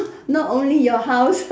not only your house